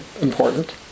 important